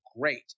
great